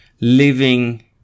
living